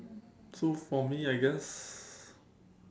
so for me I guess